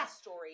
story